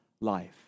life